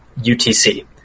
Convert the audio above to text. UTC